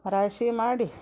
ರಾಶಿ ಮಾಡಿ